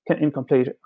incomplete